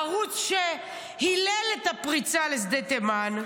הערוץ שהילל את הפריצה לשדה תימן,